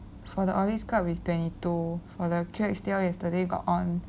for the orange card is twenty two for the Q_S_T_L today got on